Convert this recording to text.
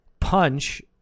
punch